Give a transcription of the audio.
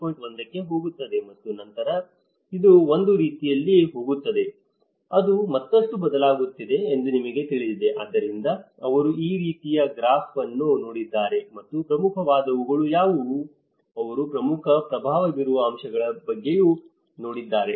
1 ಕ್ಕೆ ಹೋಗುತ್ತದೆ ಮತ್ತು ನಂತರ ಇದು ಒಂದು ರೀತಿಯಲ್ಲಿ ಹೋಗುತ್ತಿದೆ ಅದು ಮತ್ತಷ್ಟು ಬದಲಾಗುತ್ತಿದೆ ಎಂದು ನಿಮಗೆ ತಿಳಿದಿದೆ ಆದ್ದರಿಂದ ಅವರು ಈ ರೀತಿಯ ಗ್ರಾಫ್ ಅನ್ನು ನೋಡಿದ್ದಾರೆ ಮತ್ತು ಪ್ರಮುಖವಾದವುಗಳು ಯಾವುವು ಅವರು ಪ್ರಮುಖ ಪ್ರಭಾವ ಬೀರುವ ಅಂಶಗಳ ಬಗ್ಗೆಯೂ ನೋಡಿದ್ದಾರೆ